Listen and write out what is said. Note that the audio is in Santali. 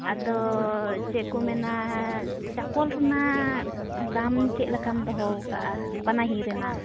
ᱟᱫᱚ ᱪᱮᱫ ᱠᱚ ᱢᱮᱱᱟ ᱪᱟᱯᱚᱞ ᱨᱮᱱᱟᱜ ᱫᱟᱢ ᱪᱮᱫ ᱞᱮᱠᱟᱢ ᱫᱚᱦᱚᱣᱟᱠᱟᱫᱼᱟ ᱯᱟᱱᱟᱦᱤ ᱨᱮᱱᱟᱜ